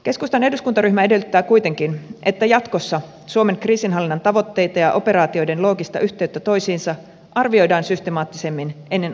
keskustan eduskuntaryhmä edellyttää kuitenkin että jatkossa suomen kriisinhallinnan tavoitteita ja operaatioiden loogista yhteyttä toisiinsa arvioidaan systemaattisemmin ennen osallistumispäätöstä